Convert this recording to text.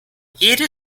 jede